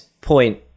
point